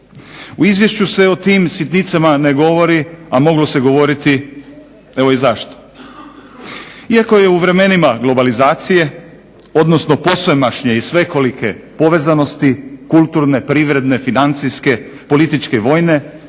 U izvješću se o tim sitnicama ne govori, a moglo se govoriti, evo i zašto. Iako je u vremenima globalizacije, odnosno posvemašnje i svekolike povezanosti kulturne, privredne, financijske, političke i vojne,